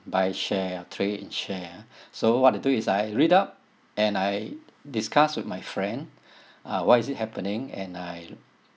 buy share or trade in share uh so what I do is I read up and I discuss with my friend uh why is it happening and I